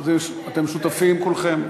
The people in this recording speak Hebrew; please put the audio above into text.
אתם שותפים כולכם?